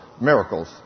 miracles